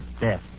death